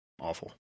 awful